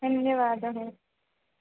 धन्यवादः